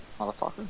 motherfucker